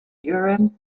urim